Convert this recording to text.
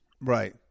Right